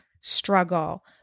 struggle